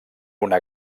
una